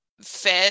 fit